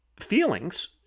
feelings